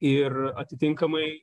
ir atitinkamai